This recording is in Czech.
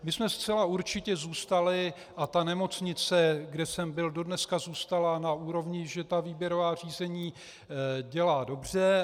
My jsme zcela určitě zůstali, a ta nemocnice, kde jsem byl, dodnes zůstala na úrovni, že výběrová řízení dělá dobře.